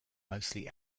mostly